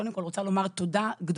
קודם כל אני רוצה לומר תודה גדולה.